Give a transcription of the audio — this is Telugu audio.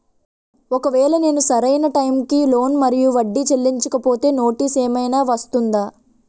ఒకవేళ నేను సరి అయినా టైం కి లోన్ మరియు వడ్డీ చెల్లించకపోతే నోటీసు ఏమైనా వస్తుందా?